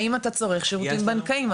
האם אתה צורך שירותים בנקאיים?